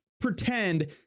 pretend